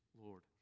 Lord